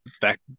back